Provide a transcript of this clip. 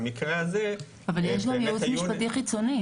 במקרה הזה --- אבל יש גם ייעוץ משפטי חיצוני,